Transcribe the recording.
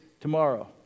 tomorrow